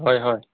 হয় হয়